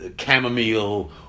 chamomile